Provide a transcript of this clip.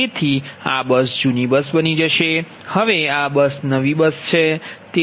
તેથી આ બસ જૂની બસ બની જશે હવે આ બસ નવી બસ છે